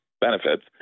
benefits